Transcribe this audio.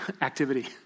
activity